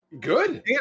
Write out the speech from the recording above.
Good